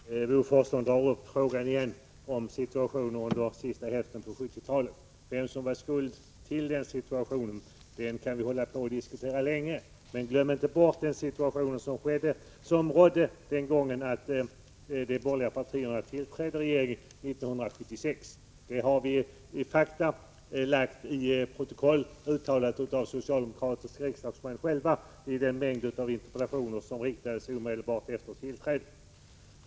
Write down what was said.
Herr talman! Bo Forslund tar återigen upp frågan om situationen under sista hälften av 1970-talet. Frågan vem som bar skuld till den situationen kan vi diskutera länge. Men glöm inte det läge som rådde när den borgerliga regeringen tillträdde 1976! Det har vi fastlagt i protokoll — uttalat av socialdemokratiska riksdagsmän själva i den mängd av interpellationer som framställdes omedelbart efter tillträdet.